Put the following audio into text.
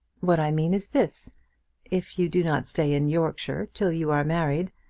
what i mean is this if you do not stay in yorkshire till you are married,